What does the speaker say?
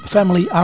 Family